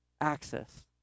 access